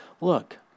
Look